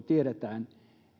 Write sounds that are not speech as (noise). (unintelligible) tiedetään